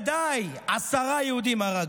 במו ידיי עשרה יהודים הרגתי.